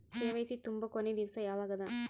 KYC ತುಂಬೊ ಕೊನಿ ದಿವಸ ಯಾವಗದ?